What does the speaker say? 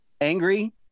angry